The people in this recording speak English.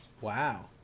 Wow